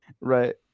Right